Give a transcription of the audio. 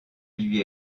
lui